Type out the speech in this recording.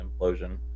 implosion